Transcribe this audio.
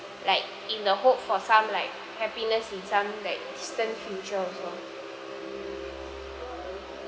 like in the hope for some like happiness in some like distant future also